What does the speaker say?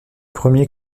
premier